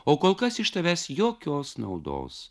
o kol kas iš tavęs jokios naudos